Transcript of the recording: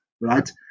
right